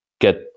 get